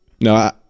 No